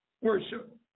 worship